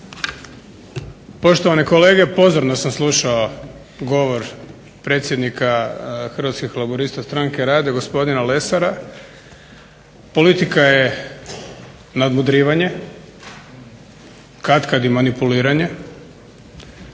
Poštovani kolege, pozorno sam slušao govor predsjednika Hrvatskih laburista-Stranke rada gospodina Lesara. Politika je nadmudrivanje, katkad i manipuliranje